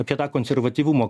apie tą konservatyvumo